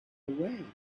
away